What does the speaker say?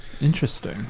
Interesting